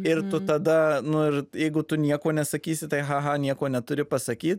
ir tu tada nu ir jeigu tu nieko nesakysi tai haha nieko neturi pasakyt